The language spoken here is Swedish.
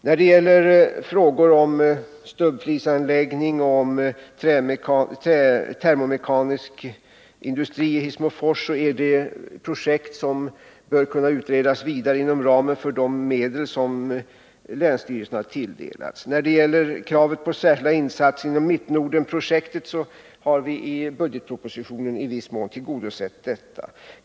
När det gäller frågor om stubbflisanläggning och termomekanisk industri i Hissmofors är det projekt som bör kunna utredas vidare inom ramen för de medel som länsstyrelsen har tilldelats. Kravet på särskilda insatser inom Mittnordprojektet har vi i viss mån tillgodosett i budgetpropositionen.